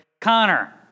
Connor